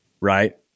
right